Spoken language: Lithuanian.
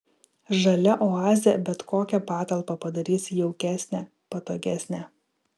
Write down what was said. žalia oazė bet kokią patalpą padarys jaukesnę patogesnę